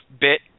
bit